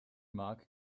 mag